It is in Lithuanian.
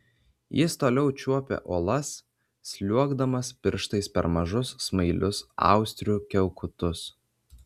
jis toliau čiuopė uolas sliuogdamas pirštais per mažus smailius austrių kiaukutus